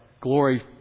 glory